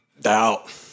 Doubt